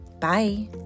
Bye